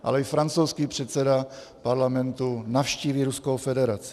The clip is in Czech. Ale i francouzský předseda Parlamentu navštíví Ruskou federaci.